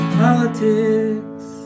politics